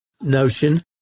notion